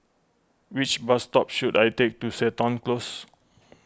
which bus dog should I take to Seton Close